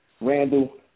Randall